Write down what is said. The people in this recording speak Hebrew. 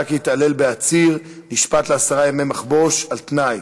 כי התעלל בעציר נשפט לעשרה ימי מחבוש על תנאי,